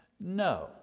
No